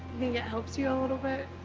you think it helps you a little bit?